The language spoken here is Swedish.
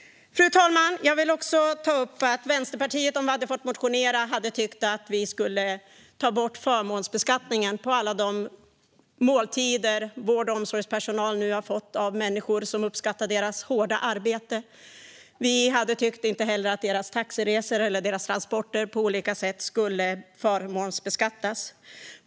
Fru talman! Jag vill också ta upp att vi i Vänsterpartiet om vi fått motionera hade tyckt att vi ska ta bort förmånsbeskattningen på alla de måltider som vård och omsorgspersonal nu har fått av människor som uppskattar deras hårda arbete. Vi hade tyckt att inte heller personalens taxiresor eller transporter på andra sätt ska förmånsbeskattas.